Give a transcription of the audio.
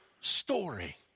story